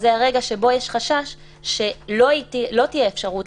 אז זה הרגע שבו יש חשש שלא תהיה אפשרות